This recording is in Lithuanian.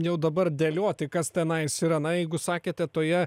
jau dabar dėlioti kas tenais yra na jeigu sakėte toje